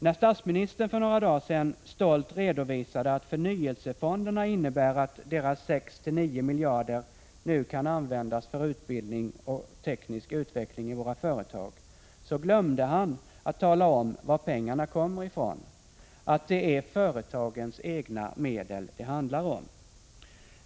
När statsministern för några dagar sedan stolt redovisade att förnyelsefonderna innebär att dessa fonders 6-9 miljarder nu kan användas för utbildning och teknisk utveckling i våra företag så ”glömde” han att tala om varifrån pengarna kommer, att det är företagens egna medel det handlar om.